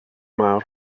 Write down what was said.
mawr